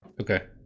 Okay